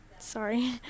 sorry